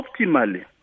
optimally